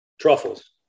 truffles